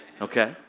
Okay